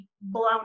blown